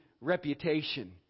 reputation